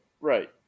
right